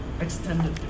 extended